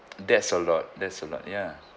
that's a lot that's a lot ya